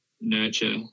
nurture